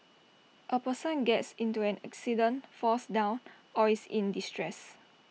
A person gets into an accident falls down or is in distress